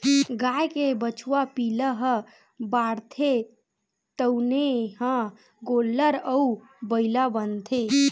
गाय के बछवा पिला ह बाढ़थे तउने ह गोल्लर अउ बइला बनथे